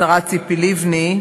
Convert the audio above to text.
השרה ציפי לבני.